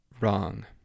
wrong